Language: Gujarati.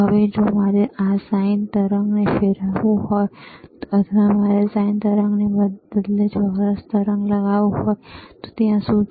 હવે જો મારે આ sin તરંગને ફેરવવુ કરવું હોય અથવા મારે sin તરંગને બદલે ચોરસ તરંગ લગાવવું હોય તો ત્યાં શું છે